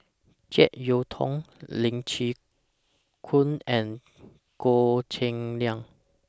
Jek Yeun Thong Lee Chin Koon and Goh Cheng Liang